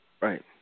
Right